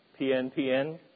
PNPN